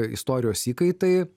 istorijos įkaitai